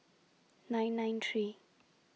nine nine three